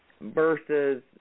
versus